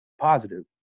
positive